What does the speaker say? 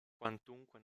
quantunque